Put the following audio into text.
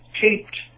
taped